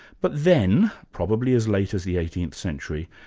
but then, probably as late as the eighteenth century,